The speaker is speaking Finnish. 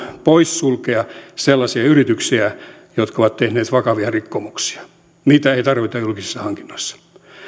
poissulkea sellaisia yrityksiä jotka ovat tehneet vakavia rikkomuksia niitä ei tarvita julkisissa hankinnoissa